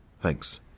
Thanks